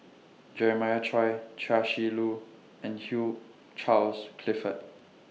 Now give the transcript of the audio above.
Jeremiah Choy Chia Shi Lu and Hugh Charles Clifford